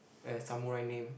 a samurai name